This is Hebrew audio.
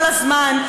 כל הזמן.